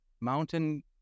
mountain